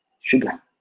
sugar